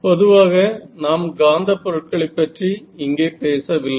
பொதுவாக நாம் காந்தப் பொருட்களை பற்றி இங்கே பேசவில்லை